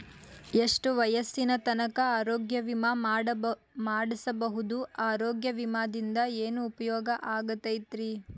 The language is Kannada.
ಎಷ್ಟ ವಯಸ್ಸಿನ ತನಕ ಆರೋಗ್ಯ ವಿಮಾ ಮಾಡಸಬಹುದು ಆರೋಗ್ಯ ವಿಮಾದಿಂದ ಏನು ಉಪಯೋಗ ಆಗತೈತ್ರಿ?